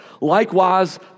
likewise